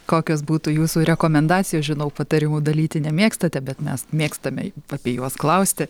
kokios būtų jūsų rekomendacijos žinau patarimų dalyti nemėgstate bet mes mėgstame apie juos klausti